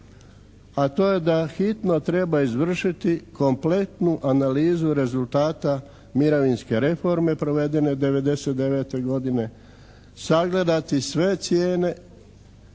a to je da hitno treba izvršiti kompletnu analizu rezultata mirovinske reforme provedene '99. godine, sagledati sve cijene,